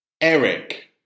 Eric